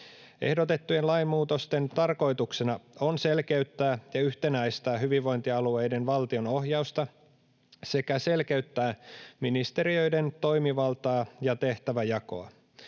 Ehdotettujen lainmuutosten tarkoituksena on selkeyttää ja yhtenäistää hyvinvointialueiden valtionohjausta sekä selkeyttää ministeriöiden toimivaltaa ja tehtäväjakoa.